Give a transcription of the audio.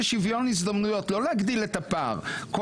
שוויון הזדמנויות לא להגדיל את הפער,